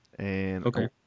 Okay